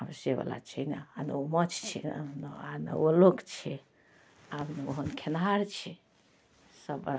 आब से वला छै नहि हाल नहि ओ माँछ छै आओर नहि ओ लोक छै आब नहि ओहन खेनिहार छै सब बस